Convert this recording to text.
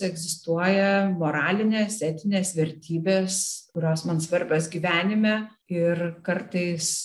egzistuoja moralinės etinės vertybės kurios man svarbios gyvenime ir kartais